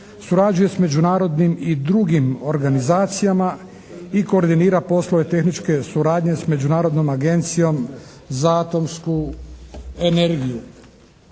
Surađuje sa međunarodnim i drugim organizacijama i koordinira poslove tehničke suradnje sa Međunarodnom agencijom za atomsku energiju.